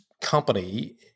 company